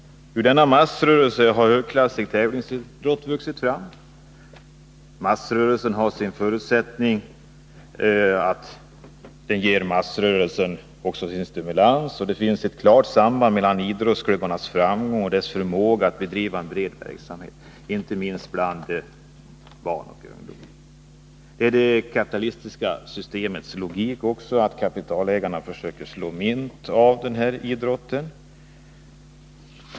Ur massrörelsen har högklassig tävlingsidrott vuxit fram. Denna har massrörelsen som sin förutsättning, och tävlingsidrotten ger massrörelsen dess stimulans. Det finns ett klart samband mellan idrottsklubbarnas framgång och deras förmåga att bedriva en bred verksamhet, inte minst bland barn och ungdom. Det ligger i det kapitalistiska systemets logik att kapitalägarna försöker siå mynt av idrotten.